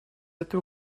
этой